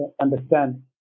understand